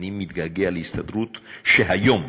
אני מתגעגע להסתדרות שהיום,